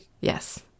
yes